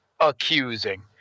accusing